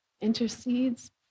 intercedes